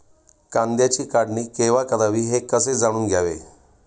कांद्याची काढणी केव्हा करावी हे कसे जाणून घ्यावे?